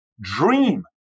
dream